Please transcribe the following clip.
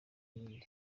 n’ibindi